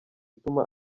ituma